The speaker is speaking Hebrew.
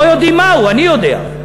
לא יודעים מהו, אני יודע.